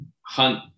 hunt